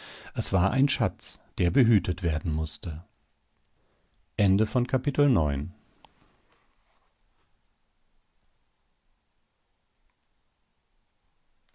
es war ein schatz der behütet werden mußte